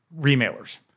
remailers